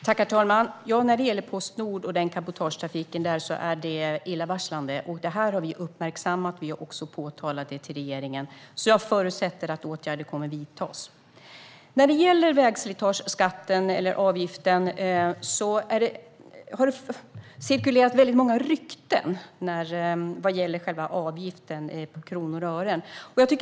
Herr talman! När det gäller Postnord och cabotagetrafiken är det illavarslande. Detta har vi uppmärksammat, och vi har påtalat det för regeringen. Jag förutsätter därför att åtgärder kommer att vidtas. När det gäller vägslitageskatten, eller avgiften, har det cirkulerat många rykten i fråga om kronor och ören.